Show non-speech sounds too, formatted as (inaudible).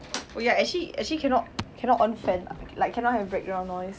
(noise) oh ya actually actually cannot cannot on fan lah like cannot have background noise